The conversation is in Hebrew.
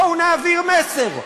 בואו ונעביר מסר.